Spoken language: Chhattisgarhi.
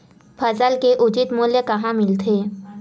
फसल के उचित मूल्य कहां मिलथे?